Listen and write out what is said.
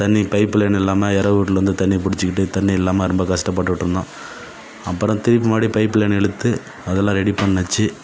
தண்ணி pipeline இல்லாமல் எறவு வீட்லேருந்து தண்ணி பிடிச்சிக்கிட்டு தண்ணி இல்லாமல் ரொம்ப கஷ்டப்பட்டுட்டுருந்தோம் அப்பறம் திருப்பி மறுபடி பைப் லைன் இழுத்து அதலாம் ரெடி பண்ணுச்சு